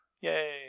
Yay